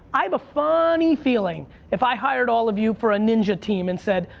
i have a funny feeling, if i hired all of you for a ninja team and said,